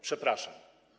Przepraszam.